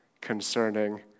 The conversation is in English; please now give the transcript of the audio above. concerning